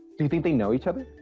do you think they know each other?